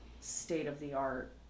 state-of-the-art